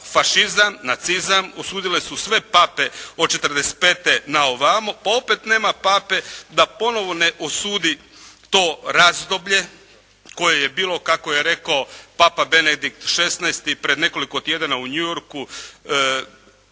fašizam, nacizam osudile su sve pape od 1945. na ovamo pa opet nema pape da ponovo ne osudi to razdoblje koje je bilo kako je rekao papa Benedikt XVI pred nekoliko tjedana u New Yorku,